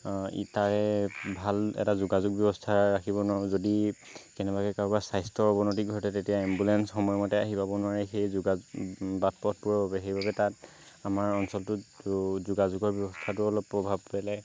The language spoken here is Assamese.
ইটাৰে ভাল এটা যোগাযোগ ব্য়ৱস্থা ৰাখিব নোৱাৰোঁ যদি কেনেবাকৈ কাৰোবাৰ স্বাস্থ্য়ৰ অৱনতি ঘটে তেতিয়া এম্বুলেন্স সময়মতে আহি পাব নোৱাৰে সেই বাট পথবোৰৰ বাবে সেইবাবে তাত আমাৰ অঞ্চলটোত যোগাযোগৰ ব্যৱস্থাতো অলপ প্ৰভাৱ পেলায়